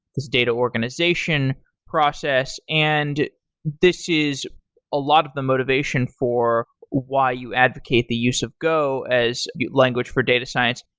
this data organization process, and this is a lot of the motivation for why you advocate the use of go as language for data science.